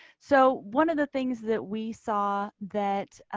so one of the things that we saw that ah